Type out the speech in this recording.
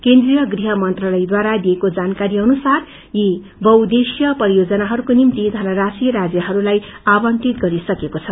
केन्द्रिश गृह मंत्रालयवारा दिइएको जानकारी अनुसार यी बहुउद्देश्यीय परियोजनाहरूको निमित यनराशि राज्यहरूलाई आवंटित गरिसकिएको छ